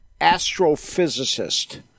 astrophysicist